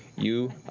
you,